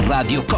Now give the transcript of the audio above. Radio